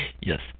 yes